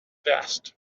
vest